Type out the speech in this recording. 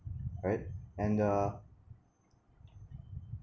right and uh